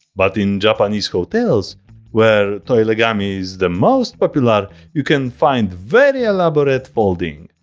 but in japanese hotels where toilegami is the most popular you can find very elaborate folding.